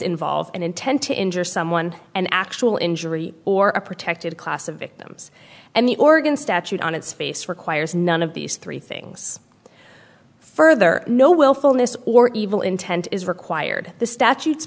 involve an intent to injure someone an actual injury or a protected class of victims and the organ statute on its face requires none of these three things further no willfulness or evil intent is required the statutes